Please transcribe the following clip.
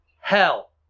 Hell